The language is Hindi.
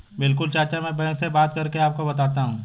बिल्कुल चाचा में बैंक से बात करके आपको बताता हूं